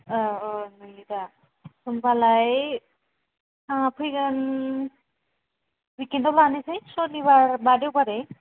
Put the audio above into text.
औ औ नुयो होम्बालाय ओ फैगोन विकेन्दाव लानोसै सनिबार बा देवबारै